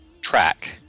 track